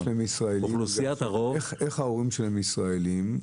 איך ההורים שלהם ישראליים?